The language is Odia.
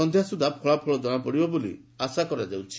ସନ୍ଧ୍ୟା ସୁଦ୍ଧା ଫଳାଫଳ ଜଣାପଡ଼ିଯିବ ବୋଲି ଆଶା କରାଯାଉଛି